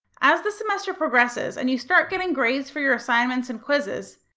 as the semester progresses and you start getting grades for your assignments and quizzes,